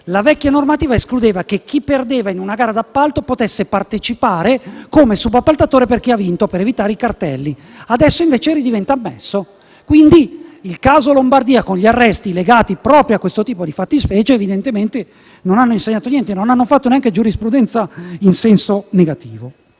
la vecchia normativa escludeva che chi perdeva in una gara d'appalto potesse partecipare come subappaltatore per chi aveva vinto la gara e questo al fine di evitare i cartelli; adesso questa eventualità è di nuovo ammessa. Il caso Lombardia e gli arresti legati proprio a questo tipo di fattispecie evidentemente non hanno insegnato niente e non hanno fatto neanche giurisprudenza in senso negativo.